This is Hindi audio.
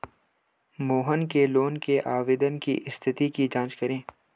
मोहन के लोन के आवेदन की स्थिति की जाँच करें